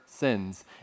sins